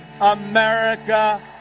America